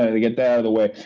i get that out of the way.